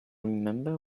remember